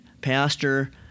pastor